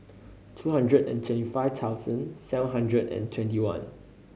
two hundred and twenty five thousand seven hundred and twenty one